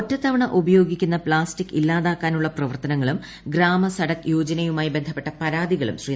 ഒറ്റത്തവണ ഉപയോഗിക്കുന്ന പ്ലാസ്റ്റിക് ഇല്ലാതാക്കാനുള്ള പ്രവർത്തനങ്ങളും ഗ്രാമ സഡക് യോജനയുമായി ബന്ധപ്പെട്ട പരാതികളും ശ്രീ